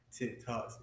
TikToks